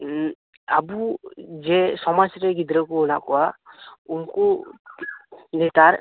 ᱦᱮᱸ ᱟᱵᱚ ᱡᱮ ᱥᱚᱢᱟᱡᱽ ᱨᱮ ᱜᱤᱫᱽᱨᱟᱹ ᱠᱚ ᱦᱮᱱᱟᱜ ᱠᱚᱣᱟ ᱩᱱᱠᱩ ᱱᱮᱛᱟᱨ